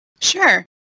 Sure